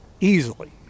easily